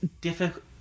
difficult